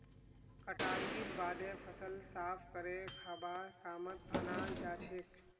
कटाईर बादे फसल साफ करे खाबार कामत अनाल जाछेक